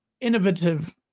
innovative